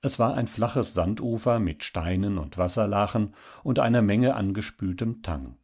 es war ein flaches sandufer mit steinen und wasserlachen und einer menge angespültem tang